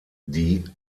die